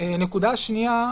נקודה שנייה.